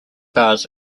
bars